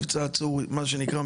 מה שנקרא,